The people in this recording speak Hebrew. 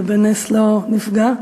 ובנס לא נפגע,